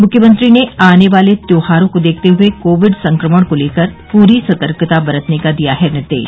मुख्यमंत्री ने आने वाले त्योहारों को देखते हुए कोविड संक्रमण को लेकर पूरी सतर्कता बरतने का दिया है निर्देश